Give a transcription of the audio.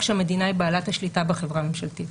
שהמדינה היא בעלת השליטה בחברה הממשלתית.